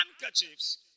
handkerchiefs